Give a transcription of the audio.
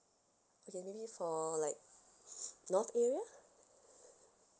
okay maybe for like north area